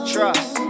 Trust